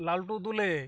Laltu Dule